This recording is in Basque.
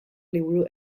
liburu